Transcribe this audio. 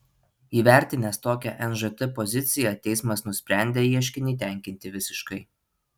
įvertinęs tokią nžt poziciją teismas nusprendė ieškinį tenkinti visiškai